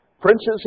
Princes